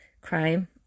crime